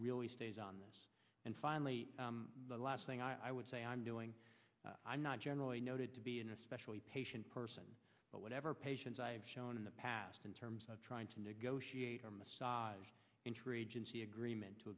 really stays on this and finally the last thing i would say i'm doing i'm not generally noted to be an especially patient person but whatever patients i have shown in the past in terms of trying to negotiate or massage interagency agreement to